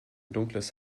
dunkles